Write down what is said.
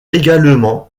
également